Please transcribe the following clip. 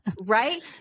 right